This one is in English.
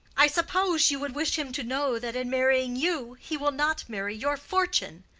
i suppose you would wish him to know that in marrying you he will not marry your fortune,